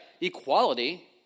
equality